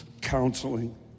counseling